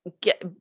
get